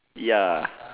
ya